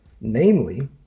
namely